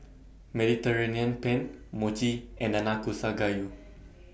Mediterranean Penne Mochi and Nanakusa Gayu